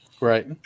right